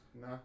no